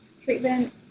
treatment